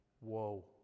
Whoa